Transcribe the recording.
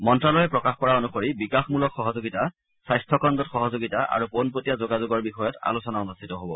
মন্ত্ৰালয়ে প্ৰকাশ কৰা অনুসৰি বিকাশমূলক সহযোগিতা স্বাস্থ্য খণ্ডত সহযোগিতা আৰু পোনপটীয়া যোগাযোগৰ বিষয়ত আলোচনা অনুষ্ঠিত হব